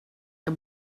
jag